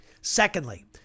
Secondly